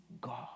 God